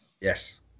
Yes